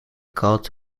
called